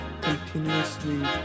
continuously